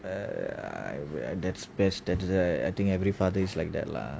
err that's best I think every father is like that lah